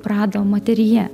prado moteryje